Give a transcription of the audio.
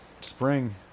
Spring